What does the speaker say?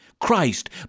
Christ